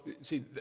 see